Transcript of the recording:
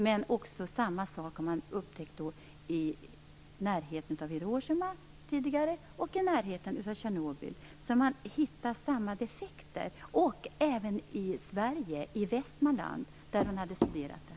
Men man har också upptäckt samma sak i närheten av Hiroshima och i närheten av Tjernobyl. Man har hittat samma defekter. Det har man även gjort i Västmanland i Sverige.